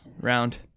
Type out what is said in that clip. Round